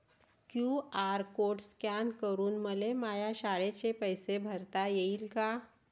QR code scan करून मले माया शाळेचे पैसे भरता येईन का?